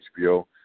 HBO